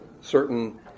certain